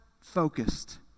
focused